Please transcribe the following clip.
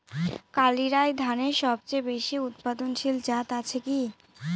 কালিরাই ধানের সবচেয়ে বেশি উৎপাদনশীল জাত আছে কি?